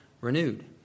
renewed